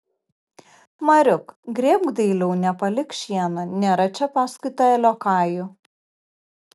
mariuk grėbk dailiau nepalik šieno nėra čia paskui tave liokajų